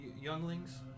younglings